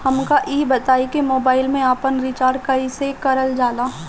हमका ई बताई कि मोबाईल में आपन रिचार्ज कईसे करल जाला?